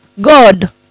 God